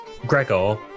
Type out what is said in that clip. Gregor